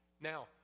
Now